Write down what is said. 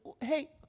hey